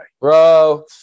Bro